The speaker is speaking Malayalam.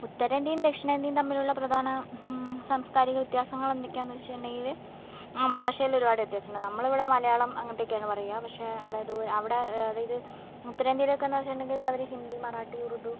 ഉത്തരേന്ത്യയും ദക്ഷിണേന്ത്യയും തമ്മിലുള്ള പ്രധാന സാംസ്കാരിക വ്യത്യാസങ്ങൾ എന്തൊക്കെയാണെന്ന് വെച്ചിട്ടുണ്ടെങ്കിൽ ആ ഭാഷയിൽ ഒരുപാട് വ്യത്യാസമുണ്ട് നമ്മളിവിടെ മലയാളം അങ്ങനത്തെയൊക്കെയാണ് പറയുക പക്ഷേ അവിടെ ദൂരെ അവിടെ അതായത് ഉത്തരേന്ത്യയിലൊക്കെ എന്ന് വെച്ചിട്ടുണ്ടെങ്കിൽ അവർ ഹിന്ദി മറാട്ടി ഉറുദു